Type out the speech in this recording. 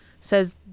says